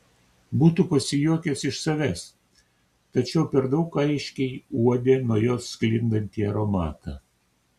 būtų pasijuokęs iš savęs tačiau per daug aiškiai uodė nuo jos sklindantį aromatą